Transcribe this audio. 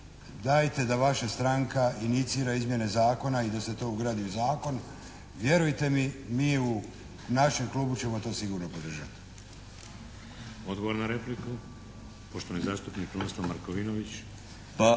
dajte da vaša stranka inicira izmjene zakona i da se to ugradi u zakon. Vjerujte mi u našem klubu ćemo to sigurno podržati. **Šeks, Vladimir (HDZ)** Odgovor na repliku, poštovani zastupnik Krunoslav Markovinović.